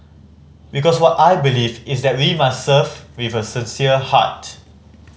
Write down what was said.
because what I believe is that we must serve with a sincere heart